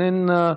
איננה,